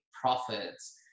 profits